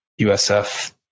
USF